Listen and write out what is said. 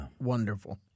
Wonderful